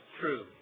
true